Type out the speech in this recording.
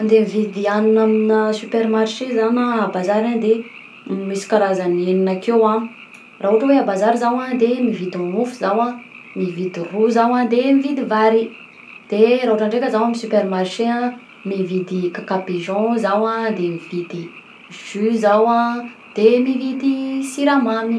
Mandeha mividy hagnina aminà supermarché zaho na a bazary any de misy karazany enina akeo a, raha ohatra hoe a barazy zaho a de mividy mofo zaho a mividy ro zaho a de mividy vary, de raha ohatra ndraika zaho amy supermarché an mividy kk pigeon zaho a de mividy jus zaho a de mividy siramamy.